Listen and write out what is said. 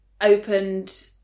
opened